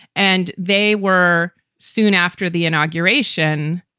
and they were soon after the inauguration.